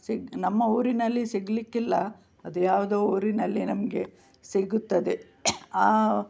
ಸಿಗು ನಮ್ಮ ಊರಿನಲ್ಲಿ ಸಿಗಲಿಕ್ಕಿಲ್ಲ ಅದ್ಯಾವುದೋ ಊರಿನಲ್ಲಿ ನಮಗೆ ಸಿಗುತ್ತದೆ ಆ